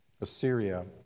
Assyria